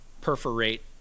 perforate